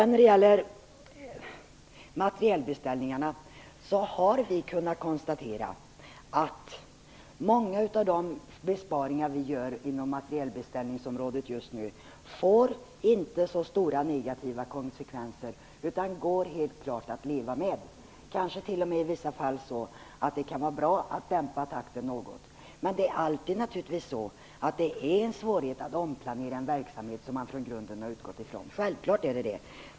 När det gäller materielbeställningarna har vi kunnat konstatera att många av de besparingar som vi där gör inte får så negativa konsekvenser utan går helt klart att leva med. Det kan t.o.m. i vissa fall vara bra att dämpa takten något. Men det är alltid svårt att omplanera en verksamhet som man utgått ifrån.